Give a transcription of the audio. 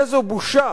איזו בושה,